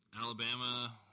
Alabama